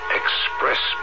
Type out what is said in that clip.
express